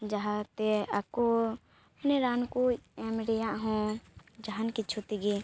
ᱡᱟᱦᱟᱸ ᱛᱮ ᱟᱠᱚ ᱚᱱᱮ ᱨᱟᱱ ᱠᱚ ᱮᱢ ᱨᱮᱭᱟᱜ ᱦᱚᱸ ᱡᱟᱦᱟᱱ ᱠᱤᱪᱷᱩ ᱛᱮᱜᱮ